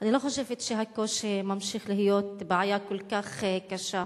אני לא חושבת שהקושי ממשיך להיות בעיה כל כך קשה.